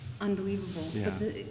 Unbelievable